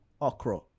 okra